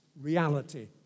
reality